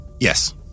yes